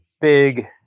big